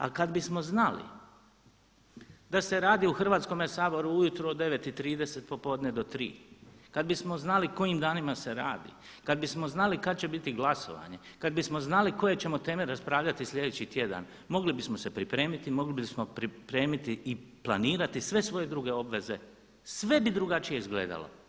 Ali kada bismo znali da se radi u Hrvatskome saboru ujutro od 9,30 popodne do 3, kada bismo znali kojim danima se radi, kada bismo znali kada će biti glasovanje, kada bismo znali koje ćemo teme raspravljati sljedeći tjedan, mogli bismo se pripremiti, mogli bismo pripremiti i planirati sve svoje druge obveze, sve bi drugačije izgledalo.